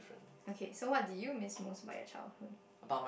okay so what do you miss most about your childhood